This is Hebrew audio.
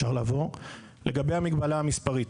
לגבי המגבלה המספרית,